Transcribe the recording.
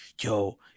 yo